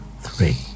three